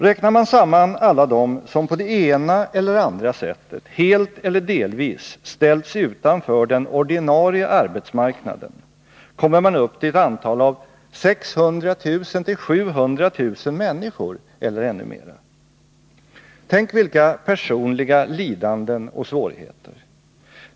Räknar man samman alla dem som på det ena eller andra sättet, helt eller delvis, ställts utanför den ordinarie arbetsmarknaden kommer man upp till ett antal av 600 000-700 000 människor eller ännu mera. Tänk vilka personliga lidanden och svårigheter!